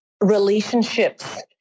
relationships